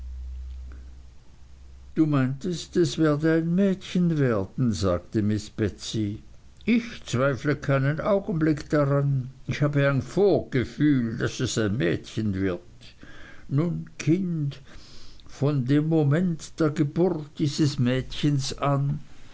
du meintest es werde ein mädchen werden sagte miß betsey ich zweifle keinen augenblick daran ich habe ein vorgefühl daß es ein mädchen wird nun kind von dem moment der geburt dieses mädchens an